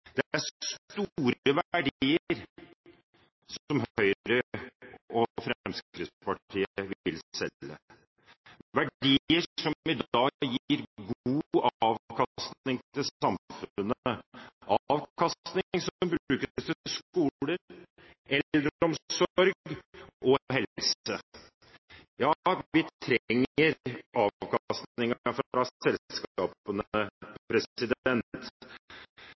Det er store verdier som Høyre og Fremskrittspartiet vil selge – verdier som i dag gir god avkastning til samfunnet, avkastning som brukes til skoler, eldreomsorg og helse. Ja, vi trenger avkastningen fra selskapene. Fra 2005 og fram til 2011 har staten mottatt utbytte på